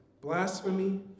blasphemy